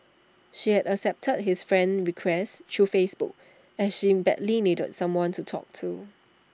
she had accepted his friend request through Facebook as she badly needed someone to talk to